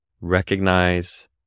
Recognize